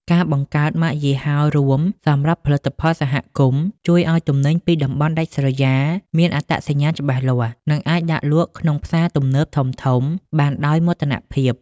ការបង្កើតម៉ាកយីហោរួមសម្រាប់ផលិតផលសហគមន៍ ជួយឱ្យទំនិញពីតំបន់ដាច់ស្រយាលមានអត្តសញ្ញាណច្បាស់លាស់ និងអាចដាក់លក់ក្នុងផ្សារទំនើបធំៗបានដោយមោទនភាព។